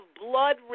blood